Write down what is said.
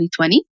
2020